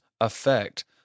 affect